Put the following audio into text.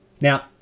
Now